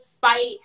fight